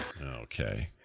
okay